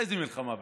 איזה מלחמה בטרור?